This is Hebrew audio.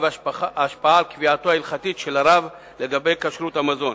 השפעה והשלכה על קביעתו ההלכתית של הרב לגבי כשרות המזון.